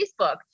Facebook